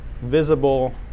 visible